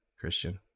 Christian